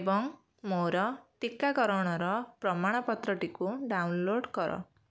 ଏବଂ ମୋର ଟୀକୀକରଣର ପ୍ରମାଣପତ୍ରଟିକୁ ଡାଉନ୍ଲୋଡ଼୍ କର